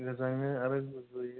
गोजांङो आरो गुजुयो